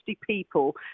people